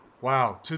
Wow